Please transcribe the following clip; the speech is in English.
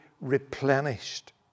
replenished